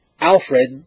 Alfred